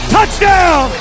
Touchdown